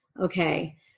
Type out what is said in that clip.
okay